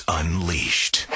unleashed